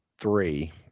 three